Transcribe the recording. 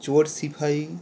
চোর সিপাহী